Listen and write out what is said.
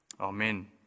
Amen